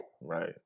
Right